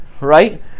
right